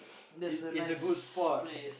it's it's a good spot